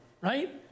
right